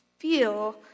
feel